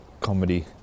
comedy